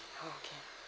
okay